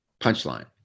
punchline